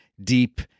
deep